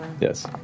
Yes